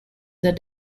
that